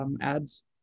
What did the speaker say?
ads